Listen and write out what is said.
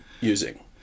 using